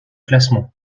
classement